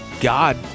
God